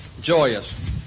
joyous